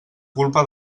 culpa